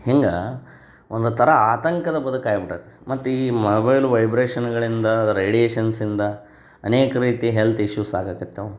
ಹಿಂಗೆ ಒಂದು ಥರ ಆತಂಕದ ಬದಕು ಆಯ್ಬಿಟ್ಟತೆ ಮತ್ತು ಈ ಮೊಬೈಲ್ ವೈಬ್ರೇಶನ್ಗಳಿಂದ ರೇಡಿಯೇಷನ್ಸಿಂದ ಅನೇಕ ರೀತಿ ಹೆಲ್ತ್ ಇಶ್ಯೂಸ್ ಆಗಕ್ಕತ್ಯಾವೆ